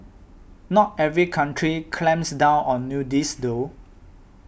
not every country clamps down on nudists though